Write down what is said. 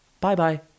bye-bye